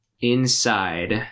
inside